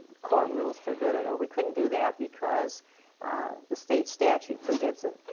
court rules forbid it, or we couldn't do that because the state statute forbids it.